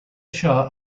shah